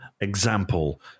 example